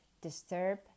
disturb